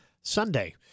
Sunday